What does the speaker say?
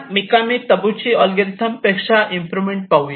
आपण Mikami Tabuchi algorithm पेक्षा improvement पाहूया